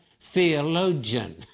theologian